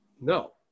No